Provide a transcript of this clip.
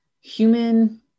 human